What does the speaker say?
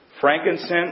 frankincense